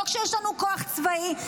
לא כשיש לנו כוח צבאי,